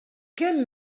kemm